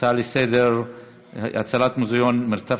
ההצעות לסדר-היום: הצלת מוזיאון "מרתף